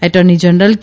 attorney general કે